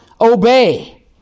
obey